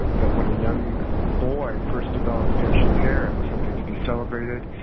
that when a young boy first developed facial hair, it was something to be celebrated,